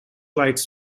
lights